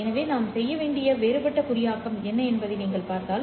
எனவே நான் செய்ய வேண்டிய வேறுபட்ட குறியாக்கம் என்ன என்பதை நீங்கள் பார்த்தால்